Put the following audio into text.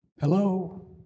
Hello